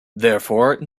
therefore